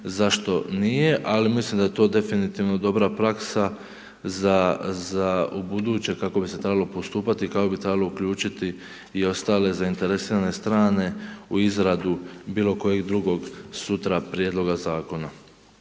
zašto nije. Ali, mislim da je to definitivno dobra praksa za ubuduće kako bi se trebalo postupati i kako bi trebalo uključiti i ostale zainteresirane strane u izradu bilo kojeg drugog sutra prijedloga zakona.